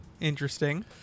Interesting